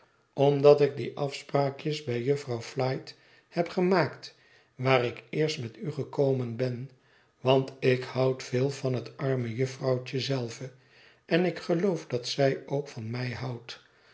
omdat ik die afspraakjes bij jufvrouw flite heb gemaakt waar ik eerst met u gekomen ben want ik houd veel van het arme jufvrouwtje zelve en ik geloof dat zij ook van mij houdt